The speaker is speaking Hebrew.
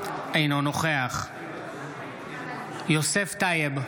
אינו נוכח יוסף טייב,